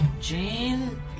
Jane